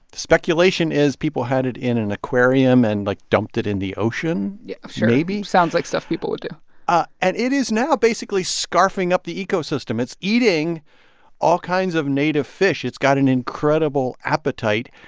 the speculation is people had it in an aquarium and, like, dumped it in the ocean yeah, sure maybe it sounds like stuff people would do ah and it is now basically scarfing up the ecosystem. it's eating all kinds of native fish. it's got an incredible appetite.